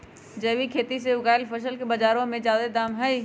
जैविक खेती से उगायल फसल के बाजार में जादे दाम हई